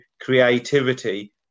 creativity